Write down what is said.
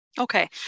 Okay